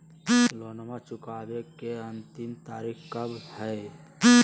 लोनमा चुकबे के अंतिम तारीख कब हय?